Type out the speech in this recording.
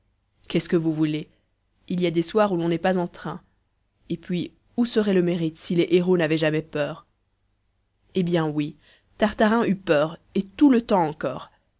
qu'est-ce que vous voulez il y a des soirs où l'on n'est pas en train et puis où serait le mérite si les héros n'avaient jamais peur eh bien oui tartarin eut peur et tout le temps encore